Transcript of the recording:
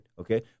okay